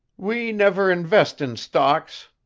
we never invest in stocks,